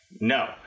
No